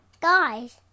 Guys